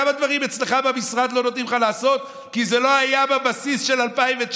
כמה דברים אצלך במשרד לא נותנים לך לעשות כי זה לא היה בבסיס של 2019?